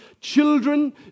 children